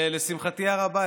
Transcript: לשמחתי הרבה,